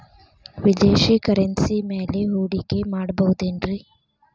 ವಿದೇಶಿ ಕರೆನ್ಸಿ ಮ್ಯಾಲೆ ಹೂಡಿಕೆ ಮಾಡಬಹುದೇನ್ರಿ?